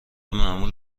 معمول